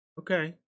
Okay